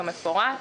כמפורט.